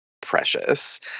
Precious